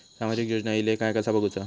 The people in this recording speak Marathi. सामाजिक योजना इले काय कसा बघुचा?